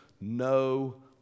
no